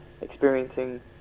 experiencing